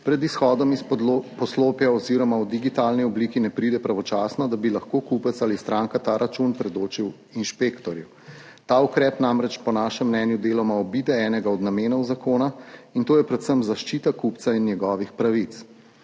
pred izhodom iz poslopja oziroma v digitalni obliki ne pride pravočasno, da bi lahko kupec ali stranka ta račun predočil inšpektorju. Ta ukrep namreč po našem mnenju deloma obide enega od namenov zakona, in to je predvsem zaščita kupca in njegovih pravic.